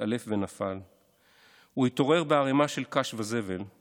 התעלף ונפל./ הוא התעורר בערמה של קש וזבל/